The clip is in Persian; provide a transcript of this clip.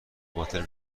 باطل